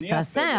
אז תעשה,